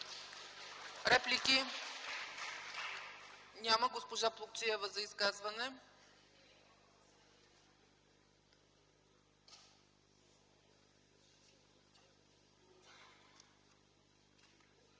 Реплики? Няма. Госпожа Плугчиева – за изказване.